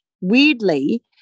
Weirdly